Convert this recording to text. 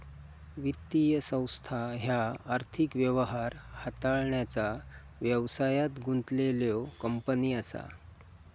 वित्तीय संस्था ह्या आर्थिक व्यवहार हाताळण्याचा व्यवसायात गुंतलेल्यो कंपनी असा